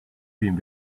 been